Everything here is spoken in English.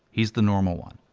he's the normal one.